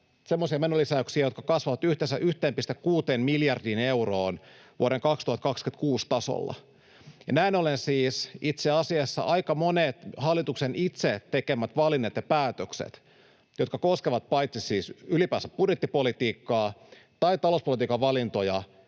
semmoisia menolisäyksiä, jotka kasvavat yhteensä 1,6 miljardiin euroon vuoden 2026 tasolla. Näin ollen siis itse asiassa aika monet hallituksen itse tekemät valinnat ja päätökset paitsi koskevat ylipäänsä budjettipolitiikkaa tai talouspolitiikan valintoja,